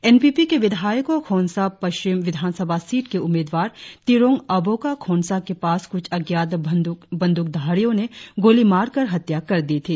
NPP के विधायक और खोनसा पश्चिम विधानसभा सीट के उम्मीदवार तिरोंग अबोह का खोनसा के पास कुछ अज्ञात बंद्रकधारियों ने गोली मारकर हत्या कर दी थी